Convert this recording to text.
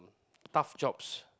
tough jobs